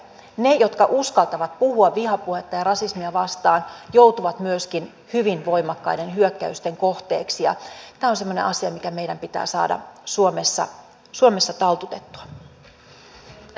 ne jotka uskaltavat puhua vihapuhetta ja rasismia vastaan joutuvat myöskin hyvin voimakkaiden hyökkäysten kohteeksi ja tämä on semmoinen asia mikä meidän pitää saada suomessa taltutettua